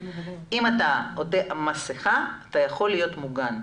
אם אתה עוטה מסכה, אתה יכול להיות מוגן,